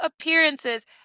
appearances